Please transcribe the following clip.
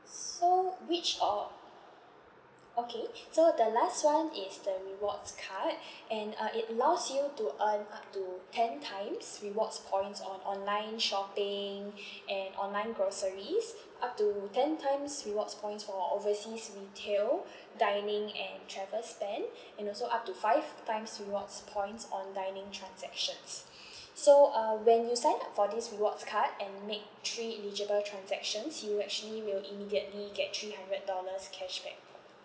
so which o~ o~ okay so the last one is the rewards card and uh it allows you to earn up to ten times rewards points on online shopping and online groceries up to ten times rewards points for overseas retail dining and travel spend and also up to five times rewards points on dining transactions so uh when you sign up for this rewards card and make three eligible transactions you actually will immediately get three hundred dollars cashback